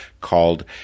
called